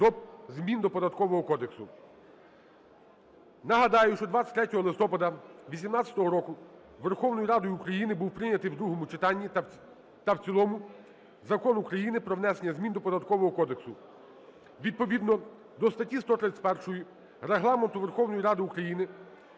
змін до Податкового кодексу. Нагадаю, що 23 листопада 18-го року Верховною Радою України був прийнятий у другому читанні та в цілому Закон України про внесення змін до Податкового кодексу. Відповідно до статті 131 Регламенту Верховної Ради України